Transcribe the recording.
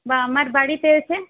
বা আমার বাড়িতে এসে